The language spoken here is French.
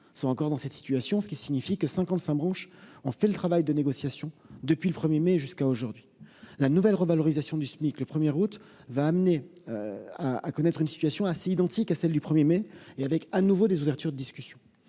sont encore dans cette situation, ce qui signifie que 55 ont fait le travail de négociation depuis le 1 mai jusqu'à aujourd'hui. La nouvelle revalorisation du SMIC le 1 août entraînera une situation assez identique à celle du 1 mai, avec de nouveau des ouvertures de discussion.